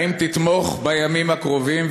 האם תתמוך בימים הקרובים,